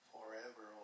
Forever